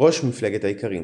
ראש מפלגת האיכרים,